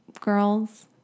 girls